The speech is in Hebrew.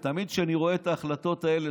ותמיד כשאני רואה את ההחלטות האלה,